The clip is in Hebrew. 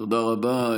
תודה רבה.